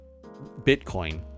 Bitcoin